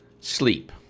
sleep